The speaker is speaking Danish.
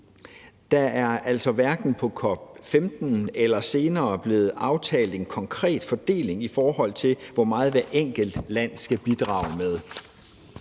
Der er altså hverken på COP15 eller senere blevet aftalt en konkret fordeling, i forhold til hvor meget hvert enkelt land skal bidrage med.